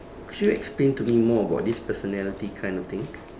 could you explain to me more about this personality kind of thing